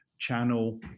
channel